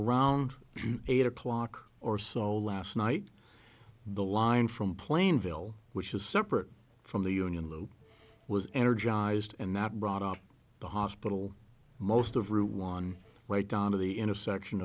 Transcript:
around eight o'clock or so last night the line from plainville which is separate from the union load was energized and that brought up the hospital most of route one right donna the intersection